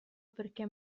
perché